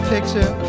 picture